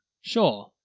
Sure